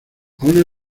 aun